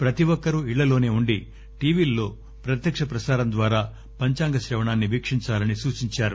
ప్రతి ఒక్కరూ ఇళ్లలోనే ఉండి టీవీలలో ప్రత్యక ప్రసారం ద్వారా పంచాంగ శ్రవణాన్ని వీక్షించాలని సూచించారు